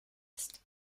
ist